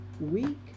week